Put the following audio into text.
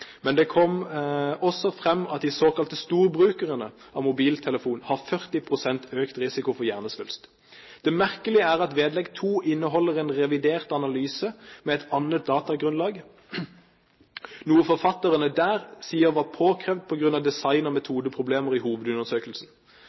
men det kom også fram at de såkalte storbrukerne av mobiltelefon har 40 pst. økt risiko for hjernesvulst. Det merkelige er at vedlegg 2 inneholder en revidert analyse med et annet datagrunnlag, noe forfatterne der sier var påkrevd på grunn av design- og metodeproblemer i hovedundersøkelsen.